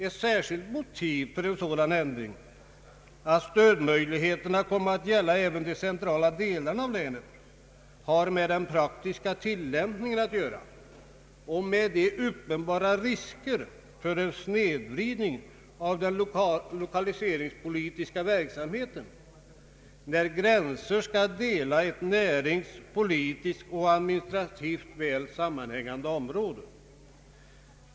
Ett särskilt motiv för en sådan ändring att stödmöjligheterna kommer att gälla även de centrala delarna av länet har med den praktiska tillämpningen att göra och med de uppenbara risker för en snedvridning av den lokaliseringspolitiska verksamheten när gränser skall dela ett näringspolitiskt och administrativt väl sammanhängande område.